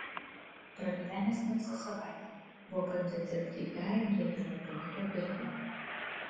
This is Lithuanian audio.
pragyvenęs ne visą savaitę buvo paimtas dirbti į aeg firmos gamyklą berlyne